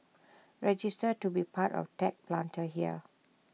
register to be part of tech Planter here